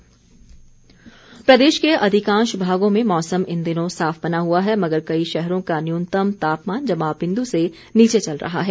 मौसम प्रदेश के अधिकांश भागों में मौसम इन दिनों साफ बना हुआ है मगर कई शहरों का न्यूनतम तापमान जमाव बिंद से नीचे चल रहा है